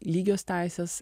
lygios teisės